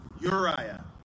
Uriah